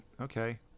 Okay